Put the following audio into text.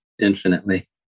Infinitely